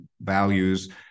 values